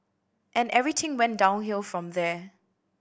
and everything went downhill from there